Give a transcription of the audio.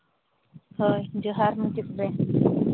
ᱦᱳᱭ ᱡᱚᱦᱟᱨ ᱢᱩᱪᱟᱹᱫ ᱨᱮ